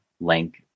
link